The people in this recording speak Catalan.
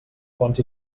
fonts